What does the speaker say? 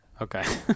Okay